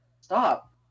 stop